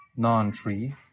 non-tree